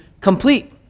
complete